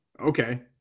Okay